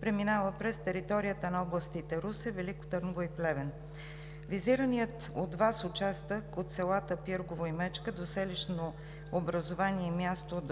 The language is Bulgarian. преминава през територията на областите Русе, Велико Търново и Плевен. Визираният от Вас участък от селата Пиргово и Мечка до селищно образувание и място